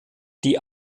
die